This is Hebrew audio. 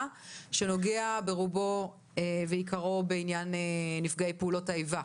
שנוגע ברובו ועיקרו בנפגעי פעולות האיבה.